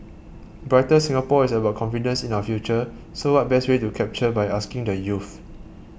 brighter Singapore is about confidence in our future so what best way to capture by asking the youth